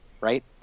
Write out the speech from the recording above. right